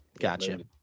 gotcha